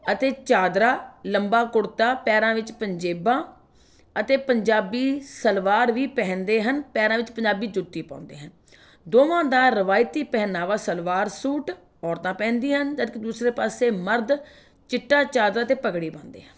ਅਤੇ ਚਾਦਰਾ ਲੰਬਾ ਕੁੜਤਾ ਪੈਰਾਂ ਵਿੱਚ ਪੰਜੇਬਾਂ ਅਤੇ ਪੰਜਾਬੀ ਸਲਵਾਰ ਵੀ ਪਹਿਨਦੇ ਹਨ ਪੈਰਾਂ ਵਿੱਚ ਪੰਜਾਬੀ ਜੁੱਤੀ ਪਾਉਂਦੇ ਹਨ ਦੋਵਾਂ ਦਾ ਰਵਾਇਤੀ ਪਹਿਨਾਵਾ ਸਲਵਾਰ ਸੂਟ ਔਰਤਾਂ ਪਹਿਨਦੀਆਂ ਹਨ ਜਦਕਿ ਦੂਸਰੇ ਪਾਸੇ ਮਰਦ ਚਿੱਟਾ ਚਾਦਰਾ ਅਤੇ ਪੱਗੜੀ ਬਣਦੇ ਹਨ